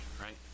right